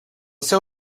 seu